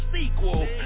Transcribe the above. sequel